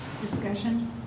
Discussion